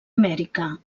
amèrica